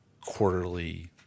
quarterly